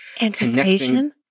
anticipation